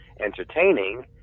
entertaining